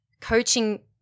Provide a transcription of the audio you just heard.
coaching